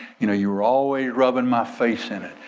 you know you were always rubbing my face in it.